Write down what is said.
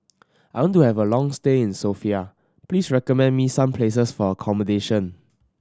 I want to have a long stay in Sofia please recommend me some places for accommodation